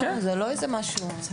זה לא איזה משהו.